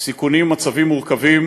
סיכונים ומצבים מורכבים,